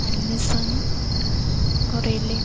admission କରେଇଲେ